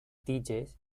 tiges